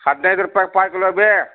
ಹದಿನೈದು ರೂಪಾಯ್ಗೆ ಪಾವು ಕಿಲೋ ಬೀ